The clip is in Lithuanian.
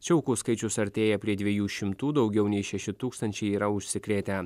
čia aukų skaičius artėja prie dviejų šimtų daugiau nei šeši tūkstančiai yra užsikrėtę